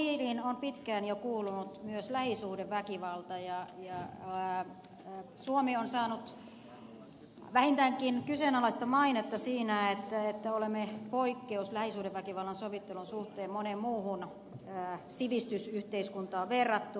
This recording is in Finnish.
tämän lain piiriin on pitkään jo kuulunut myös lähisuhdeväkivalta ja suomi on saanut vähintäänkin kyseenalaista mainetta siinä että olemme poikkeus lähisuhdeväkivallan sovittelun suhteen moneen muuhun sivistysyhteiskuntaan verrattuna